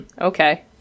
Okay